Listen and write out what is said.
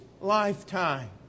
lifetime